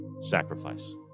sacrifice